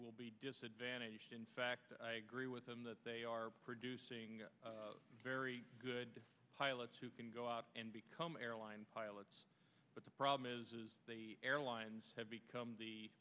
will be disadvantaged in fact i agree with them that they are producing very good pilots who can go out and become airline pilots but the problem is the airlines have become the